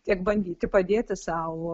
tiek bandyti padėti sau